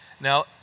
Now